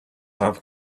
have